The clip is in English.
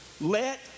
let